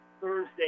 Thursday